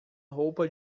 roupa